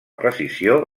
precisió